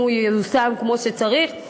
אם הוא ייושם כמו שצריך,